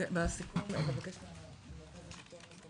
בסיכום נבקש דיווח.